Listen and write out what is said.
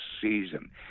season